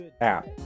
app